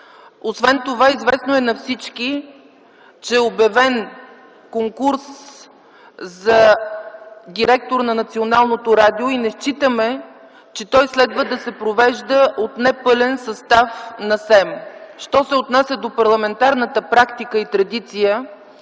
Освен това известно е на всички, че е обявен конкурс за директор на Националното радио и не считаме, че той следва да се провежда от непълен състав на СЕМ. Що се отнася до парламентарната практика и традиция,